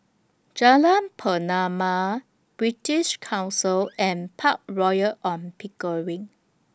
Jalan Pernama British Council and Park Royal on Pickering